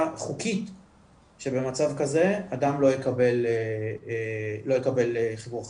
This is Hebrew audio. חוקית שבמצב כזה אדם לא יקבל חיבול חשמל.